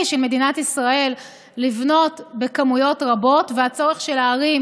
של מדינת ישראל לבנות בכמויות רבות והצורך של הערים